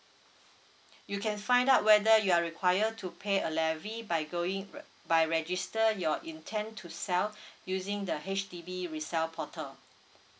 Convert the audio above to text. you can find out whether you are require to pay a levy by going re~ by register your intent to sell using the H_D_B resell portal